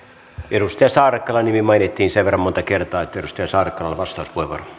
edustaja saarakkalan nimi mainittiin sen verran monta kertaa että edustaja saarakkalalle vastauspuheenvuoro